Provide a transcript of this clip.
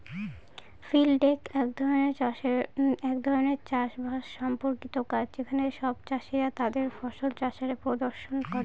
field day এক ধরনের চাষ বাস সম্পর্কিত কাজ যেখানে সব চাষীরা তাদের ফসল চাষের প্রদর্শন করে